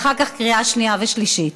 ואחר כך לקריאה שנייה ושלישית.